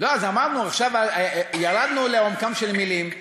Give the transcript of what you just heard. עכשיו ירדנו לעומקן של מילים,